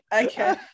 okay